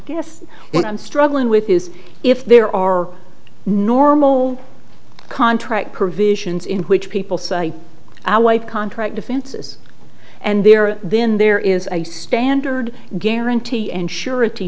guess what i'm struggling with is if there are normal contract provisions in which people say our white contract defenses and they are then there is a standard guarantee and surety